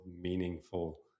meaningful